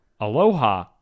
aloha